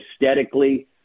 aesthetically